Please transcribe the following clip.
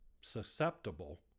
susceptible